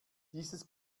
dieses